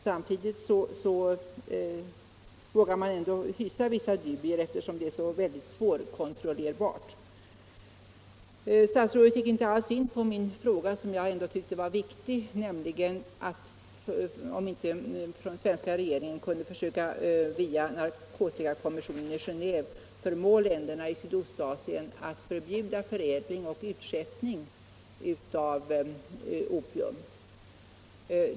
Samtidigt vågar man ändå hysa vissa dubier, eftersom detta är så svårkontrollerbara saker. Statsrådet gick inte in på min som jag tyckte rätt viktiga fråga om inte den svenska regeringen kunde försöka att via narkotikakommissionen i Geneve förmå länderna i Sydostasien att förbjuda förädling och utskeppning av opium.